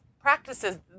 practices